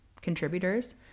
contributors